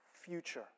future